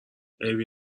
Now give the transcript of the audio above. عیبی